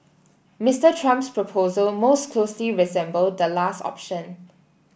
Mister Trump's proposal most closely resembled the last option